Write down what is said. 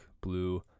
blue